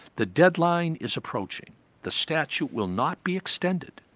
the deadline is approaching the statute will not be extended.